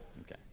Okay